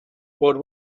what